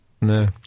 No